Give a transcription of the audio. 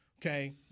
Okay